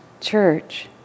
church